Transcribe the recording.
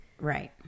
right